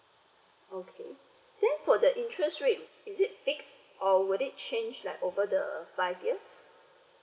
okay then for the interest rate is it fixed or wiould it change like over the five years